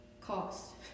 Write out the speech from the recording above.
cost